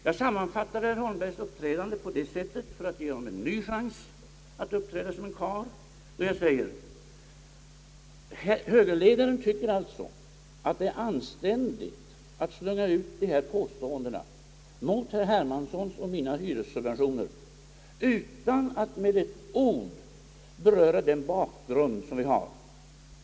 Jag sammanfattade herr Holmbergs uppträdande, för att ge honom en ny chans att handla som en karl, på det sättet att jag sade i TV-debatten: »Högerledaren tycker alltså att det är anständigt att slunga ut de här påståendena mot herr Hermanssons och mina hyressubventioner utan att med ett ord beröra den bakgrund det är fråga om.